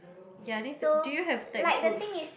ya need to do you have textbooks